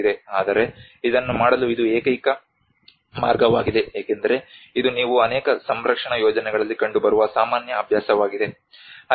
ಆದರೆ ಇದನ್ನು ಮಾಡಲು ಇದು ಏಕೈಕ ಮಾರ್ಗವಾಗಿದೆ ಏಕೆಂದರೆ ಇದು ನೀವು ಅನೇಕ ಸಂರಕ್ಷಣಾ ಯೋಜನೆಗಳಲ್ಲಿ ಕಂಡುಬರುವ ಸಾಮಾನ್ಯ ಅಭ್ಯಾಸವಾಗಿದೆ